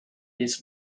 his